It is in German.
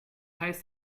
heißt